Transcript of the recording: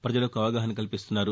ప్రజలకు అవగాహన కల్పిస్తున్నారు